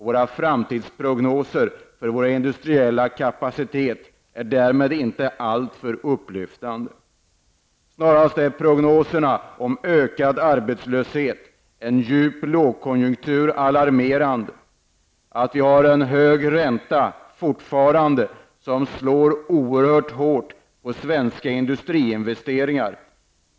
Framtidsprognoserna för vår industriella kapacitet är därmed inte alltför upplyftande. Snarast är prognoserna om ökad arbetslöshet och en djup lågkonjunktur alarmerande. Och vi har fortfarande en hög ränta som slår oerhört mot svenska industriinvesteringar.